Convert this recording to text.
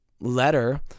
letter